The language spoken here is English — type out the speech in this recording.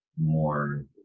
more